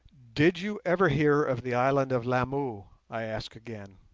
did you ever hear of the island of lamu i asked again.